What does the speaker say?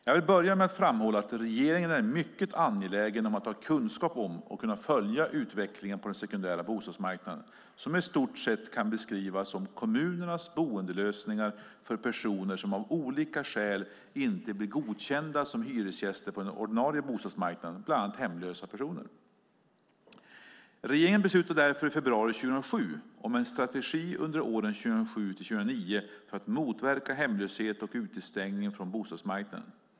Jag vill börja med att framhålla att regeringen är mycket angelägen om att ha kunskap om och kunna följa utvecklingen på den sekundära bostadsmarknaden, som i stort sett kan beskrivas som kommunernas boendelösningar för personer som av olika skäl inte blir godkända som hyresgäster på den ordinarie bostadsmarknaden, bland annat hemlösa personer. Regeringen beslutade därför i februari 2007 om en strategi under åren 2007-2009 för att motverka hemlöshet och utestängning från bostadsmarknaden.